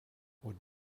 would